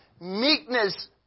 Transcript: Meekness